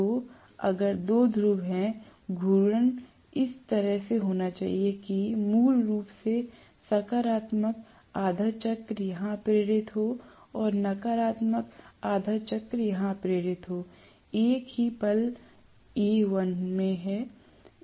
तो अगर दो ध्रुव है घूर्णन इस तरह से होना चाहिए कि मूल रूप से सकारात्मक आधा चक्र यहाँ प्रेरित हो और नकारात्मक आधा चक्र यहाँ प्रेरित हो एक ही पल Al में